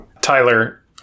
Tyler